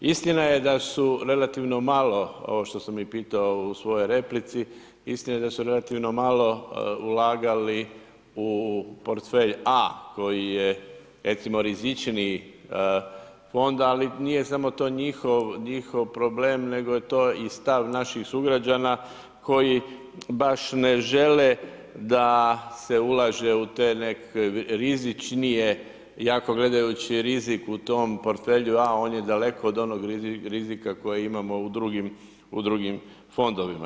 Istina je da su relativno malo, ovo što sam i pitao u svojoj replici, istina je da su relativno malo ulagali u portfelj A koji je recimo rizičniji fond, ali nije samo to njihov problem, nego je to i stav naših sugrađana koji baš ne žele da se ulaže u te nekakve rizičnije, iako gledajući rizik u tom portfelju A, on je daleko od onog rizika koji imamo u drugim fondovima.